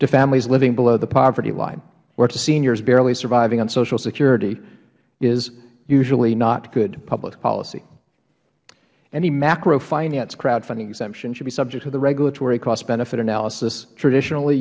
to families living below the poverty line or seniors barely surviving on social security is usually not good public policy any macro finance crowdfunding exemption should be subject to the regulatory costbenefit analysis traditionally